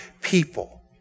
people